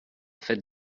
fête